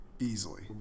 Easily